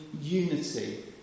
unity